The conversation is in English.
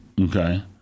Okay